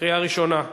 קריאה ראשונה,